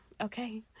Okay